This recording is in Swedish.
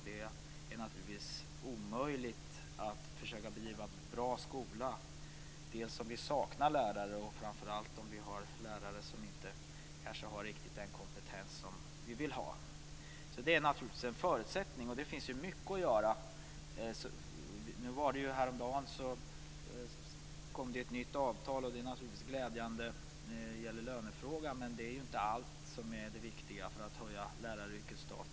Det är omöjligt att bedriva en bra skola om vi saknar lärare eller om vi har lärare som kanske inte riktigt har den kompetens som vi vill ha. Det är naturligtvis en förutsättning. Här finns det mycket att göra. Häromdagen kom det ett nytt avtal, och det är ju glädjande. Men lönefrågan är inte det enda som är viktigt för att höja läraryrkets status.